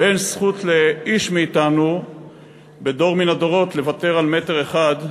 ואין זכות לאיש מאתנו בדור מן הדורות לוותר על מטר אחד,